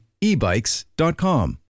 ebikes.com